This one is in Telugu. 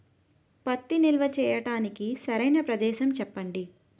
పత్తి నిల్వ చేయటానికి సరైన ప్రదేశం చెప్పండి?